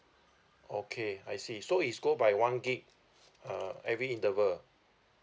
okay I see so it's go by one gb uh every interval